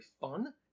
fun